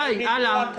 די, הלאה.